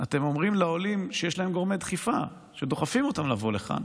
אתם אומרים לעולים שיש להם גורמי דחיפה שדוחפים אותם לבוא לכאן: